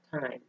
time